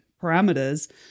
parameters